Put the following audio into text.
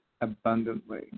abundantly